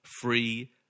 free